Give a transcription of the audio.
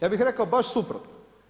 Ja bih rekao baš suprotno.